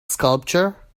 sculpture